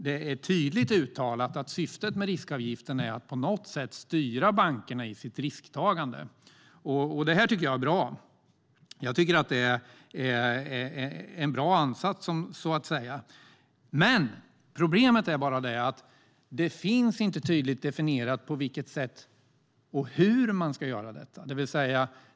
Det är tydligt uttalat att syftet med riskavgiften är att på något sätt styra bankerna i sitt risktagande. Det är bra. Problemet är bara att det inte finns tydligt definierat på vilket sätt man ska göra detta.